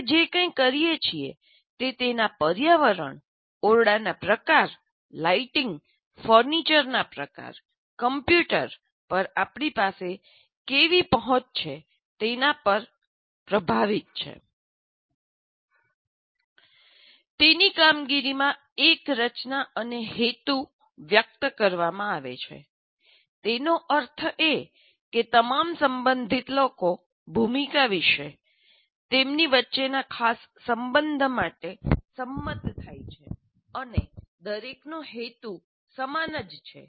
આપણે જે કંઇ કરીએ છીએ તે તેના પર્યાવરણ ઓરડાનાં પ્રકાર લાઇટિંગ ફર્નિચરના પ્રકાર કમ્પ્યુટર પર આપણી પાસે કેવી પહોંચ છે વગેરેથી પ્રભાવિત છે તેની કામગીરીમાં એક રચના અને હેતુ વ્યક્ત કરવામાં આવે છે તેનો અર્થ એ કે તમામ સંબંધિત લોકો ભૂમિકા વિશે તેમની વચ્ચેના ખાસ સંબંધ માટે સંમત થાય છે અને દરેકનો હેતુ સમાન જ છે